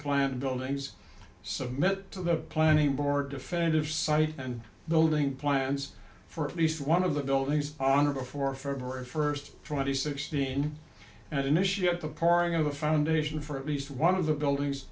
planned buildings submit to the planning board defend if site and building plans for at least one of the buildings on or before february first twenty sixteen and initiate the pouring of the foundation for at least one of the buildings